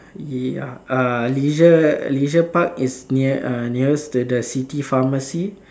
ya uh leisure leisure park is near uh nearest to the city pharmacy